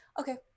Okay